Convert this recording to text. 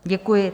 Děkuji.